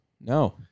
No